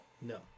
No